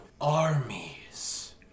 armies